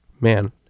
Man